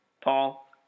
Paul